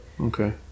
Okay